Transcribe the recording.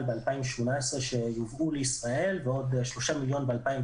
ב-2018 שיובאו לישראל ועוד 3 מיליון ב-2019.